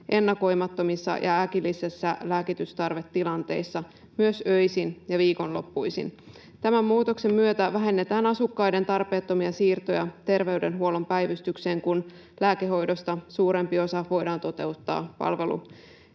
ennakoimattomissa ja äkillisissä lääkitystarvetilanteissa myös öisin ja viikonloppuisin. Tämän muutoksen myötä vähennetään asukkaiden tarpeettomia siirtoja terveydenhuollon päivystykseen, kun lääkehoidosta suurempi osa voidaan toteuttaa